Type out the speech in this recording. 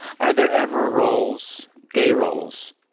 are there ever roles, gay roles,